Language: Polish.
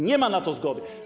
Nie ma na to zgody.